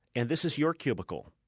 and this is your cubicle.